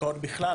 השקעות בכלל,